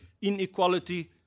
inequality